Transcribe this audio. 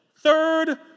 Third